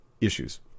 issues